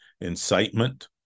incitement